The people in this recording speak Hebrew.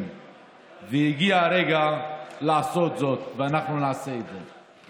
והגיע הרגע לעשות זאת, ואנחנו נעשה את זה.